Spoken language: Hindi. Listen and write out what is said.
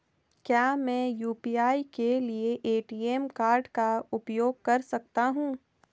क्या मैं यू.पी.आई के लिए ए.टी.एम कार्ड का उपयोग कर सकता हूँ?